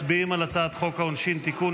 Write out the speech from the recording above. מצביעים על הצעת חוק העונשין (תיקון,